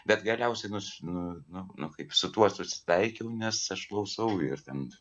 bet galiausiai nu nu nu kaip su tuo susitaikiau nes aš klausau ir ten